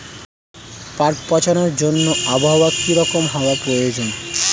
পাট পচানোর জন্য আবহাওয়া কী রকম হওয়ার প্রয়োজন?